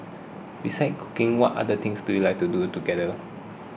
besides cooking what other things do you like to do together